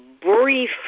brief